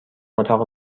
اتاق